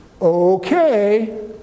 okay